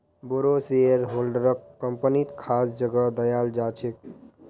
बोरो शेयरहोल्डरक कम्पनीत खास जगह दयाल जा छेक